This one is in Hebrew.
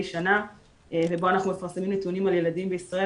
שנה ובו אנחנו מפרסמים נתונים על ילדים בישראל,